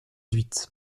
huit